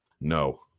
No